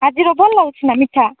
ଆଜିର ଭଲ ଲାଗୁଛି ନା ମିଠା